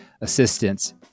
assistance